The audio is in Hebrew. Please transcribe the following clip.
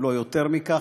אם לא יותר מכך,